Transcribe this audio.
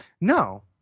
No